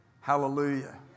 Hallelujah